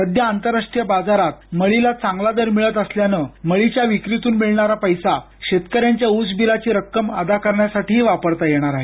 सध्या आंतरराष्ट्रीय बाजारात मळी ला चांगला दर मिळत असल्यानं मळीच्या विक्रीतून मिळणारा पैसा शेतकऱ्यांच्या ऊसबिलाची रक्कम अदा करण्यासाठीही वापरता येणार आहे